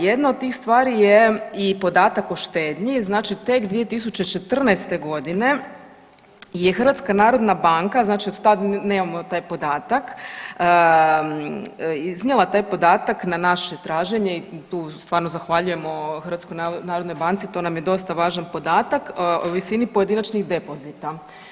Jedna od tih stvari je i podatak o štednji, znači tek 2014.g. je HNB, znači od tad nemamo taj podatak, iznijela taj podatak na naše traženje i tu stvarno zahvaljujemo HNB-u, to nam je dosta važan podatak, o visini pojedinačnih depozita.